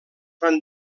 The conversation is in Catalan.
van